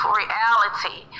reality